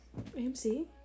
AMC